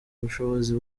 ubushobozi